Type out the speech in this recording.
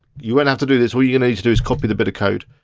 you won't have to do this, all you need to do is copy the bit of code.